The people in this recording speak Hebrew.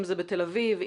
אם זה בתל אביב,